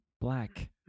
black